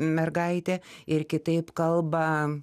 mergaitė ir kitaip kalba